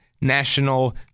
National